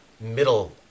middle